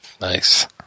nice